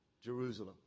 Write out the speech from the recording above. Jerusalem